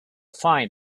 find